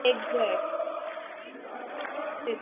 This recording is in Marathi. एक्झॅक तेच